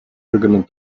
органом